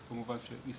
אז כמובן נשמח.